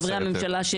מחברי הממשלה,